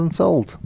sold